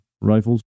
rifles